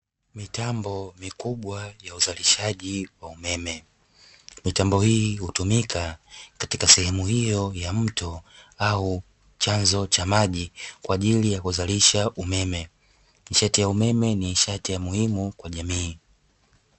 Mitambo mikubwa ya uzalishaji wa umeme, mitambo hii hutumika katika sehemu hiyo ya mto au chanzo cha maji kwa ajili ya kuzalisha umeme. Nishati ya umeme ni nishati ya muhimu kwa jamii.